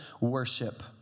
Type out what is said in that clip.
worship